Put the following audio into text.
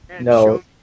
No